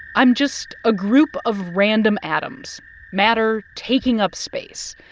i'm just a group of random atoms matter taking up space.